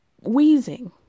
wheezing